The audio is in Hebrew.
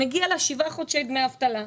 מגיע לה שבעה חודשים דמי אבטלה,